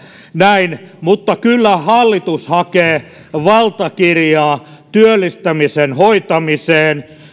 näin mutta kyllä hallitus hakee valtakirjaa työllistämisen hoitamiseen